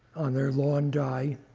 on their lawn die.